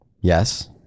yes